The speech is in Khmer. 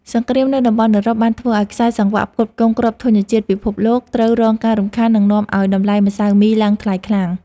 សង្គ្រាមនៅតំបន់អឺរ៉ុបបានធ្វើឱ្យខ្សែសង្វាក់ផ្គត់ផ្គង់គ្រាប់ធញ្ញជាតិពិភពលោកត្រូវរងការរំខាន និងនាំឱ្យតម្លៃម្សៅមីឡើងថ្លៃខ្លាំង។